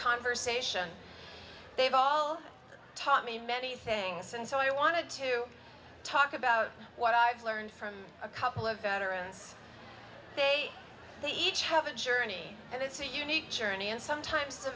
conversation they've all taught me many things and so i wanted to talk about what i've learned from a couple of veterans day they each have a journey and it's a unique journey and sometimes